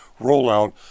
rollout